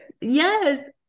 Yes